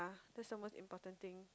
that's the most important thing